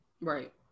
right